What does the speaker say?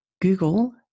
Google